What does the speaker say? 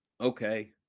okay